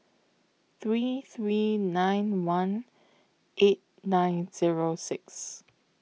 three three nine one eight nine Zero six